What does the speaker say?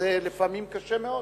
ולפעמים זה קשה מאוד.